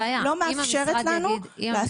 מי